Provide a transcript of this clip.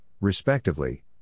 respectively